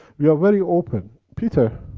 we are very open. peter,